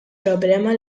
problema